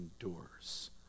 endures